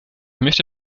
möchte